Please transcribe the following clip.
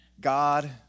God